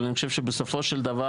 אבל אני חושב שבסופו של דבר,